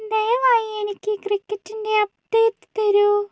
ദയവായി എനിക്ക് ക്രിക്കറ്റിൻ്റെ അപ്ഡേറ്റ് തരൂ